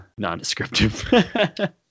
nondescriptive